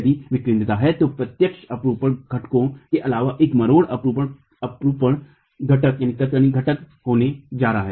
यदि विकेंद्रिता है तो प्रत्यक्ष अपरूपण घटकों के अलावा एक मरोड़ अपरूपण कतरनी घटक होने जा रहा है